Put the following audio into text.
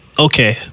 Okay